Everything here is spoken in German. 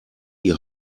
die